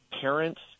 parents